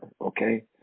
okay